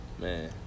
Man